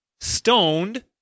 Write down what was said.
stoned